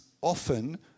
often